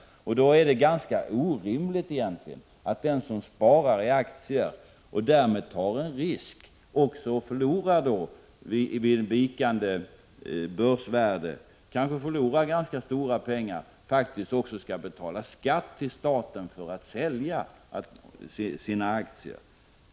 Därför är det egentligen orimligt att den som sparar i aktier, och därmed tar en risk, förutom att vederbörande vid vikande börsvärde kanske förlorar stora pengar, skall betala skatt till staten vid försäljning av sina aktier.